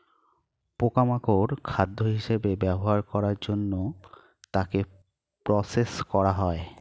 পোকা মাকড় খাদ্য হিসেবে ব্যবহার করার জন্য তাকে প্রসেস করা হয়